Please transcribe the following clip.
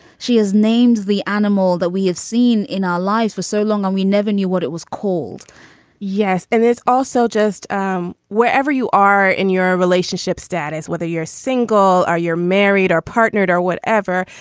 she is named the animal that we have seen in our lives for so long. and we never knew what it was called yes. and it's also just um wherever you are in your relationship status, whether you're single or you're married or partnered or whatever.